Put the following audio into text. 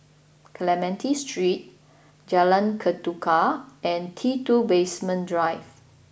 Clementi Street Jalan Ketuka and T Two Basement Drive